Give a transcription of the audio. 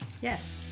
Yes